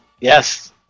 Yes